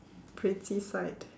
pretty sight